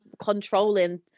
controlling